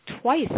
twice